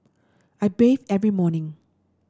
I bathe every morning